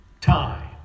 time